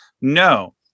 No